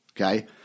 Okay